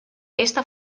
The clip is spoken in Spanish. esta